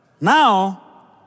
Now